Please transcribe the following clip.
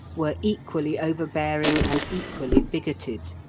were equally over-bearing and equally bigoted.